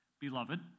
Beloved